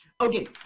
Okay